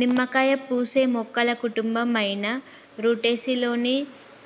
నిమ్మకాయ పూసే మొక్కల కుటుంబం అయిన రుటెసి లొని